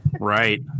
Right